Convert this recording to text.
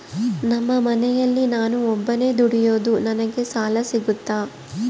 ನಮ್ಮ ಮನೆಯಲ್ಲಿ ನಾನು ಒಬ್ಬನೇ ದುಡಿಯೋದು ನನಗೆ ಸಾಲ ಸಿಗುತ್ತಾ?